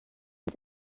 and